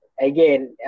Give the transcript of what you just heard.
again